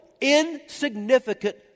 insignificant